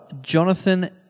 Jonathan